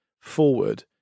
forward